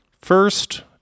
First